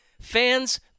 fans –